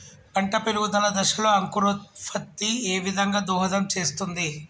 పంట పెరుగుదల దశలో అంకురోత్ఫత్తి ఏ విధంగా దోహదం చేస్తుంది?